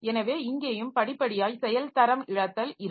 எனவே இங்கேயும் படிப்படியாய் செயல்தரம் இழத்தல் இருக்கும்